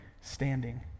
standing